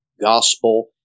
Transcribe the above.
gospel